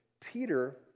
Peter